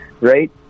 right